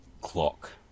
clock